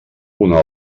una